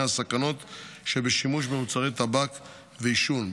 הסכנות שבשימוש במוצרי טבק ועישון,